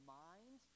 mind